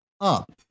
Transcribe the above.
up